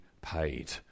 paid